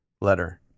letter